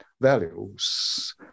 values